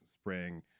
spring